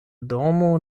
dormo